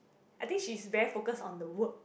I think she's very focus on the work